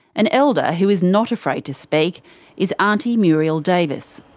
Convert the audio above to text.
an elder who is not afraid to speak is aunty muriel davis.